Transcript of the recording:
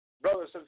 brothers